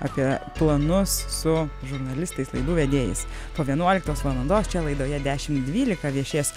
apie planus su žurnalistais laidų vedėjais po vienuoliktos valandos čia laidoje dešimt dvylika viešės